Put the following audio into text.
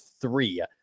three